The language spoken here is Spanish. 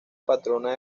patrona